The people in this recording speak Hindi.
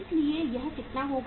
इसलिए यह कितना होगा